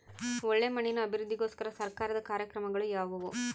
ಒಳ್ಳೆ ಮಣ್ಣಿನ ಅಭಿವೃದ್ಧಿಗೋಸ್ಕರ ಸರ್ಕಾರದ ಕಾರ್ಯಕ್ರಮಗಳು ಯಾವುವು?